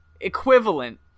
Equivalent